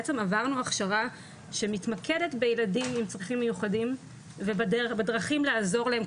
בעצם עברנו הכשרה שמתמקדת בילדים עם צרכים מיוחדים ובדרכים לעזור להם,